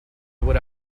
would